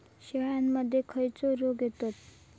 शेळ्यामध्ये खैचे रोग येतत?